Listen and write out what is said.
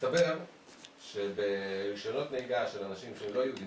מסתבר שברישיון נהיגה של אנשים שהם לא יהודים